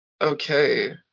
Okay